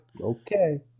Okay